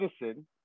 medicine